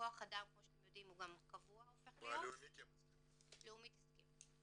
וכח אדם כפי שאתם יודעים הופך להיות קבוע --- אבל לאומית כן הסכימו.